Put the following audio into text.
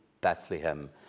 Bethlehem